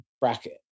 bracket